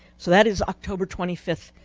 so that is october twenty fifth.